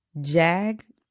Jag